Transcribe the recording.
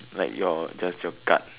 like your does your gut